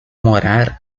morar